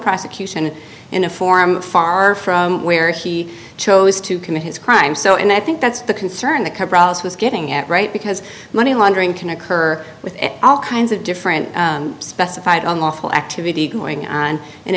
prosecution in a form far from where he chose to commit his crime so and i think that's the concern that this was getting at right because money laundering can occur with all kinds of different specified unlawful activity going on in